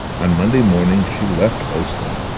on monday morning she left ostend,